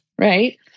right